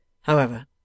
However